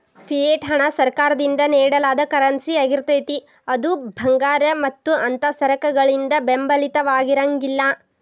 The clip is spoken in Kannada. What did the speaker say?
ಫಿಯೆಟ್ ಹಣ ಸರ್ಕಾರದಿಂದ ನೇಡಲಾದ ಕರೆನ್ಸಿಯಾಗಿರ್ತೇತಿ ಅದು ಭಂಗಾರ ಮತ್ತ ಅಂಥಾ ಸರಕಗಳಿಂದ ಬೆಂಬಲಿತವಾಗಿರಂಗಿಲ್ಲಾ